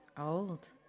Old